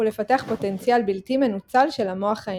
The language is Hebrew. ולפתח פוטנציאל בלתי מנוצל של המוח האנושי.